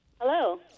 Hello